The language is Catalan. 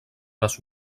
les